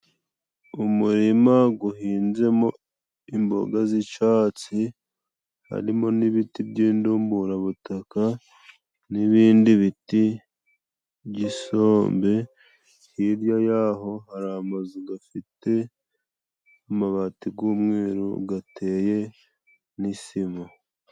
Umurima guhinzemo imboga z'icatsi harimo n'ibiti by'indumburabutaka, n'ibindi biti by'isombe. Hirya y'aho hari amazu gafite amabati g'umweru gateye n'isima.